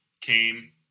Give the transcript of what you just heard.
came